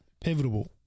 Pivotal